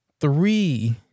Three